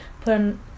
put